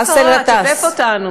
באסל גטאס,